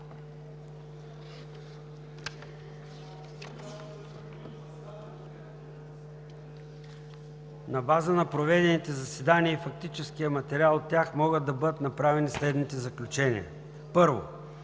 На база на проведените заседания и фактическия материал от тях може бъдат направени следните заключения: 1.